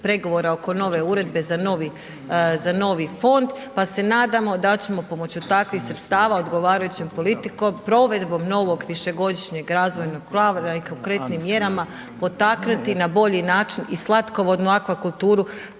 pregovora oko nove uredbe za novi fond, pa se nadamo da ćemo pomoću takvih sredstava odgovarajućom politikom, provedbom novog višegodišnjeg razvojnog plana i konkretnim mjerama, potaknuti na bolji način i slatkovodnu Akvakulturu